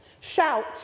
Shout